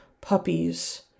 puppies